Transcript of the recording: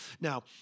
Now